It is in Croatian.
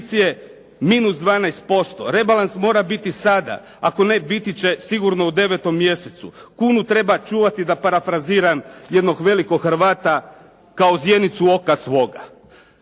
Investicije -12%. Rebalans mora biti sada. Ako ne, biti će sigurno u 9. mjesecu. Kunu treba čuvati, da parafraziram jednog velikog Hrvata, kao zjenicu oka svoga.